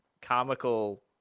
Comical